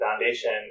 foundation